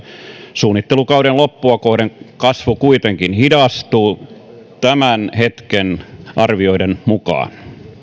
suunnittelukauden loppua kohden kasvu kuitenkin hidastuu tämän hetken arvioiden mukaan